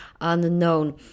unknown